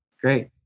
Great